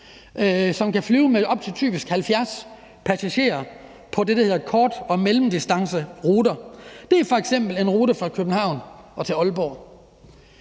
som kan flyve med op til typisk 70 passagerer på det, der hedder kort- og mellemdistanceruter. Det er f.eks. en rute fra København til Aalborg.